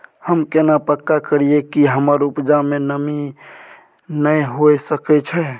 हम केना पक्का करियै कि हमर उपजा में नमी नय होय सके छै?